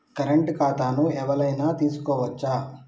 Current ఖాతాను ఎవలైనా తీసుకోవచ్చా?